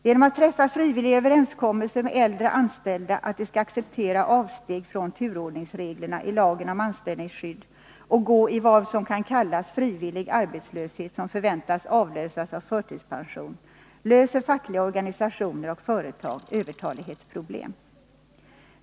Genom att träffa frivilliga överenskommelser med äldre anställda att de skall acceptera avsteg från turordningsreglerna i lagen om anställningsskydd och gå i vad som kan kallas frivillig arbetslöshet som förväntas avlösas av förtidspension löser fackliga organisationer och företag övertalighetsproblem.